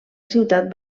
ciutat